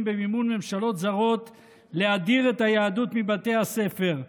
במימון ממשלות זרות להדיר את היהדות מבתי הספר.